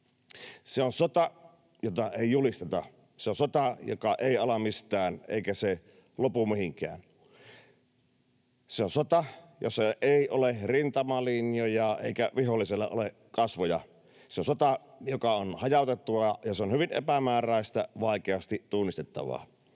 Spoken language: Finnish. Se on sota, jota ei julisteta, se on sota, joka ei ala mistään, eikä se lopu mihinkään. Se on sota, jossa ei ole rintamalinjoja eikä viholliselle ole kasvoja. Se on sota, joka on hajautettua, ja se on hyvin epämääräistä, vaikeasti tunnistettavaa.